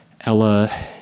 Ella